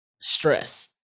Stress